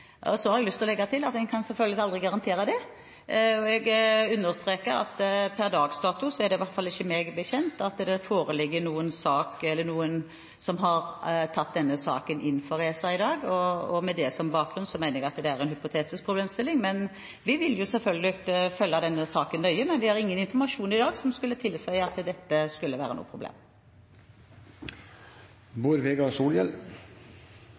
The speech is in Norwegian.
problematisk. Så har jeg lyst å legge til at en selvfølgelig aldri kan garantere det. Jeg understreker at per dags dato er det ikke sånn – i hvert fall meg bekjent – at det foreligger noen sak, eller at noen har tatt denne saken inn for ESA i dag. Med det som bakgrunn, mener jeg at det er en hypotetisk problemstilling. Vi vil selvfølgelig følge denne saken nøye, men vi har ingen informasjon i dag som skulle tilsi at dette skulle være noe problem.